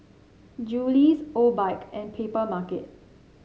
Julie's Obike and Papermarket